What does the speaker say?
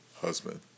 husband